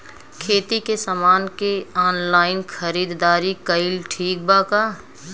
खेती के समान के ऑनलाइन खरीदारी कइल ठीक बा का?